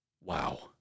Wow